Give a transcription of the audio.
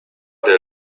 der